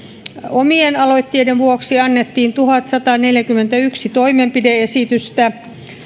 omien aloitteiden vuoksi annettiin tuhatsataneljäkymmentäyksi toimenpide esitystä